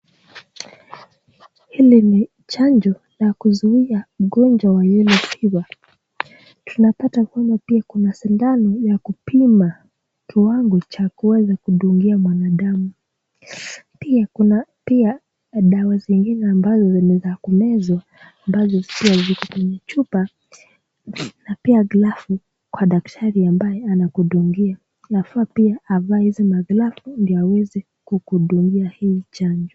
Hili ni chanjo la kuzuia ugonjwa wa yellow fever . Tunapata kwamba pia kuna sindano ya kupima kiwango cha kuweza kundungia mwanadamu. Pia kuna pia dawa zingine ambazo ni za kumezwa ambazo pia ziko kwenye chupa na pia glavu kwa daktari ambaye anakudungia. Inafaa pia avae hizi maglavu ndio aweze kukudungia hii chanjo.